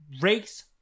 race